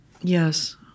Yes